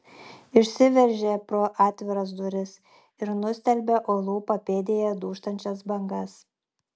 išsiveržė pro atviras duris ir nustelbė uolų papėdėje dūžtančias bangas